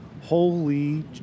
Holy